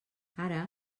ara